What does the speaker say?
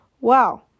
wow